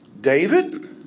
David